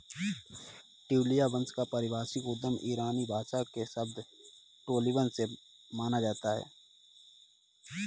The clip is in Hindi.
ट्यूलिया वंश का पारिभाषिक उद्गम ईरानी भाषा के शब्द टोलिबन से माना जाता है